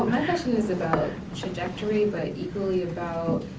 question is about trajectory, but equally about,